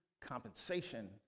compensation